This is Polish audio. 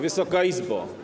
Wysoka Izbo!